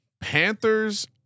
Panthers